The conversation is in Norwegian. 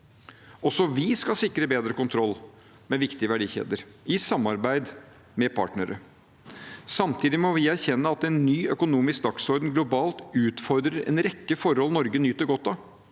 Også vi skal sikre bedre kontroll med viktige verdikjeder, i samarbeid med partnere. Samtidig må vi erkjenne at en ny økonomisk dagsorden globalt utfordrer en rekke forhold Norge nyter godt av,